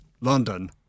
London